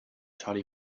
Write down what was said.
charlie